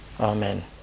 Amen